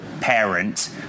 parent